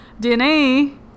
dna